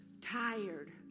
tired